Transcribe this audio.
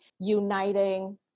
uniting